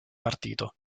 partito